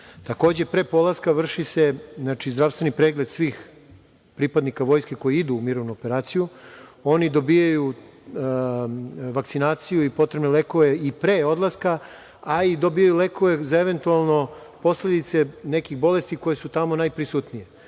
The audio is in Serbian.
Takođe, pre polaska vrši se zdravstveni pregled svih pripadnika vojske koji idu u mirovnu operaciju. Oni dobijaju vakcinaciju i potrebne lekove i pre odlaska, a i dobijaju lekove za eventualno posledice nekih bolesti koje su tamo najprisutnije. Svakako,